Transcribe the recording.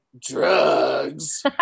drugs